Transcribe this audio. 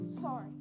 Sorry